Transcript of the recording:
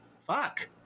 fuck